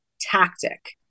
tactic